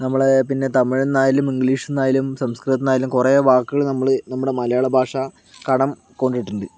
നമ്മളെ പിന്നെ തമിഴ്ന്നായാലും ഇംഗ്ലീഷ്ന്നായാലും സംസ്കൃത്തിന്നായാലും കുറേ വാക്കുകൾ നമ്മള് നമ്മുടെ മലയാളഭാഷ കടം കൊണ്ടിട്ടുണ്ട്